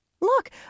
Look